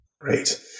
Great